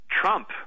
Trump